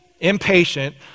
impatient